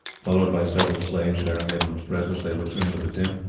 followed by several slaves bearing edmund's presents, they returned to the tent.